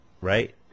right